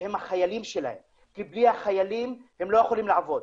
שהם החיילים שלהם כי בלי החיילים הם לא יכולים לעבוד.